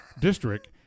district